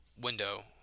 window